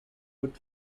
put